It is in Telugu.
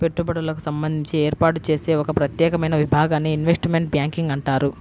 పెట్టుబడులకు సంబంధించి ఏర్పాటు చేసే ఒక ప్రత్యేకమైన విభాగాన్ని ఇన్వెస్ట్మెంట్ బ్యాంకింగ్ అంటారు